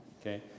Okay